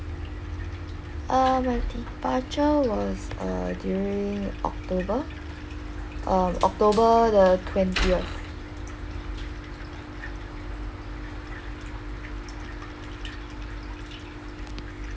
uh my departure was uh during october uh october the twentieth